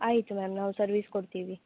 ಆಯ್ತು ಮ್ಯಾಮ್ ನಾವು ಸರ್ವಿಸ್ ಕೊಡ್ತಿವಿ